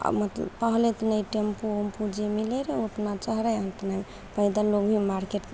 आओर मत पहले तऽ ने टेम्पू ओम्पू जे मिलय रहय अपना चढ़य अपना पैदल लोग भी मार्केट